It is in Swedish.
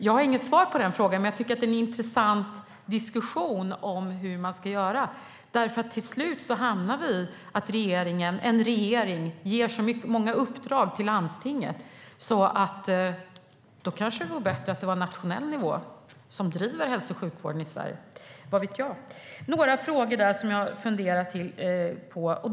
Jag har inget svar på den frågan, men jag tycker att det är en intressant diskussion. Till slut hamnar vi ju i att en regering ger så många uppdrag till landstingen att det kanske vore bättre om hälso och sjukvården i Sverige drevs på nationell nivå - vad vet jag. Det var några frågor som jag funderar på.